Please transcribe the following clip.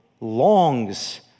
longs